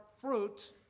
fruit